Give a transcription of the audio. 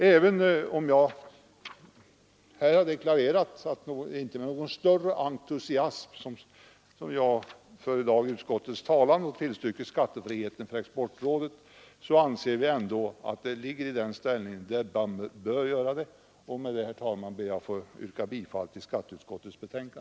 Även om jag här har deklarerat att det inte är med någon större entusiasm som jag i dag för utskottets talan och tillstyrker skattefrihet för Sveriges exportråd anser jag ändå att det har den ställningen att man bör göra det. Jag ber, herr talman, att med det anförda få yrka bifall till skatteutskottets hemställan.